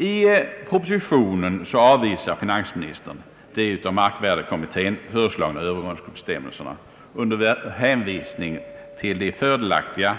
I propositionen avvisar finansministern de av markvärdekommittén föreslagna övergångsbestämmelserna, under hänvisning till de fördelaktiga